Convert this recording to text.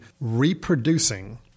reproducing